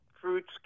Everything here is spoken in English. fruits